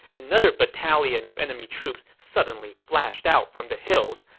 another battalion of enemy troops suddenly flashed out from the hills.